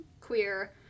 queer